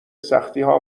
سختیها